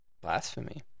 Blasphemy